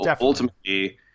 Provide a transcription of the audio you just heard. ultimately